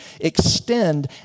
extend